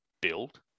build